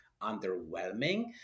underwhelming